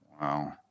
Wow